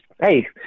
hey